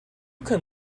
can